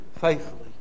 faithfully